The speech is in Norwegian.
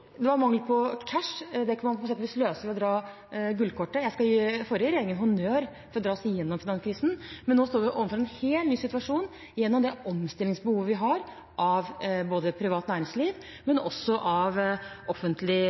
det kan man eksempelvis løse ved å dra gullkortet. Jeg skal gi forrige regjering honnør for å ha fått oss gjennom finanskrisen, men nå står vi overfor en helt ny situasjon gjennom det omstillingsbehovet vi har, både i privat næringsliv